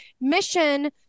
mission